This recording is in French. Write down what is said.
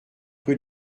rue